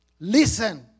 Listen